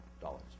dollars